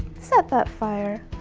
set that fire.